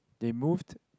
they moved